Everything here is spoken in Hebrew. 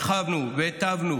הרחבנו והיטבנו